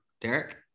Derek